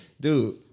Dude